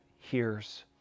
hears